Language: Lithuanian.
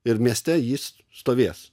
ir mieste jis stovės